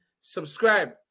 subscribe